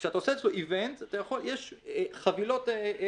כאשר אתה עושה אצלו אירוע, יש חבילות עיצוב: